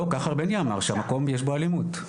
לא, ככה בני אמר, שהמקום יש בו אלימות.